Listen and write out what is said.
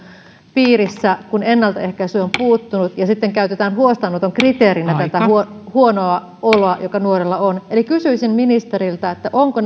piirissä kun ennaltaehkäisy on puuttunut ja sitten käytetään huostaanoton kriteerinä tätä huonoa oloa joka nuorella on eli kysyisin ministeriltä onko